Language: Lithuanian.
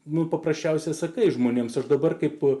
mums paprasčiausiai sakai žmonėms aš dabar kaip